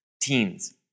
teens